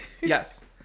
Yes